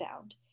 sound